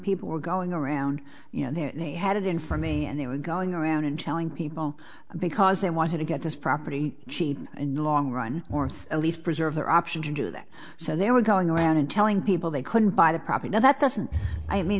people were going around in there they had it in for me and they were going around and telling people because they wanted to get this property sheet in the long run worth at least preserve their option to do that so they were going around and telling people they couldn't buy the property that doesn't i mean